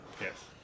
yes